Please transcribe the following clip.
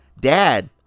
dad